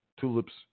Tulips